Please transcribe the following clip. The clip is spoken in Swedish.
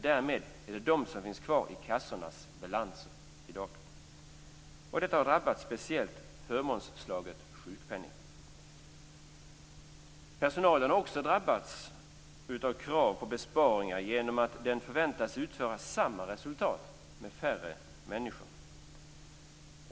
Därmed är det dessa som finns kvar i kassornas balanser i dag. Detta har speciellt drabbat förmånsslaget sjukpenning. Personalen har också drabbats av krav på besparingar genom att den förväntas prestera samma resultat med färre människor.